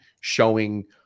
showing